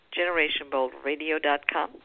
generationboldradio.com